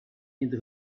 into